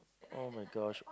[oh]-my-gosh